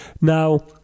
Now